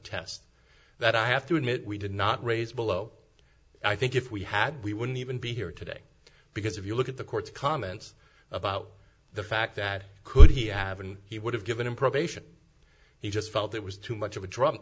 test that i have to admit we did not raise below i think if we had we wouldn't even be here today because if you look at the court's comments about the fact that could he have and he would have given him probation he just felt it was too much of a dr